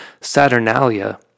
Saturnalia